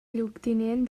lloctinent